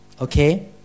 Okay